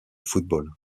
football